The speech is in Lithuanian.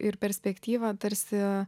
ir perspektyvą tarsi